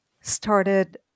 started